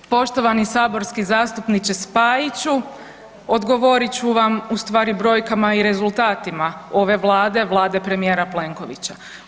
Poštovani saborski zastupniče Spajiću odgovorit ću vam u stvari brojkama i rezultatima ove Vlade, Vlade premijera Plenkovića.